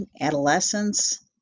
adolescence